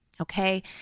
Okay